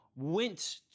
went